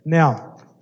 Now